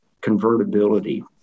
convertibility